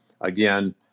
Again